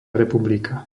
republika